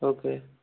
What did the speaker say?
okay